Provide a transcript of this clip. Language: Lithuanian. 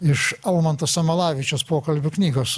iš almanto samalavičiaus pokalbių knygos